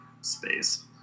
space